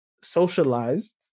socialized